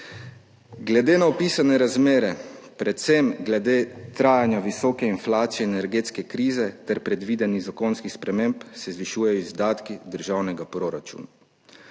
Glede na opisane razmere, predvsem glede trajanja visoke inflacije, energetske krize ter predvidenih zakonskih sprememb, se zvišujejo izdatki državnega proračuna.